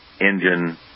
engine